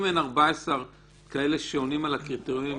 אם אין 14 כאלה שעונים על הקריטריונים,